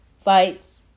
fights